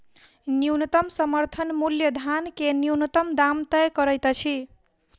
न्यूनतम समर्थन मूल्य धान के न्यूनतम दाम तय करैत अछि